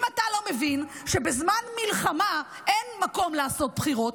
אם אתה לא מבין שבזמן מלחמה אין מקום לעשות בחירות,